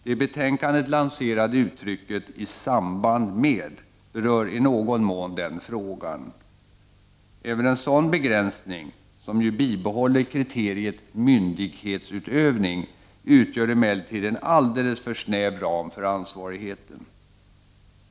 Det i betänkandet lanserade uttrycket ”i samband med” berör i någon mån denna fråga. Även en sådan begränsning, som ju bibehåller kriteriet ”myndighetsutövning” utgör emellertid en alldeles för snäv ram för ansvarigheten.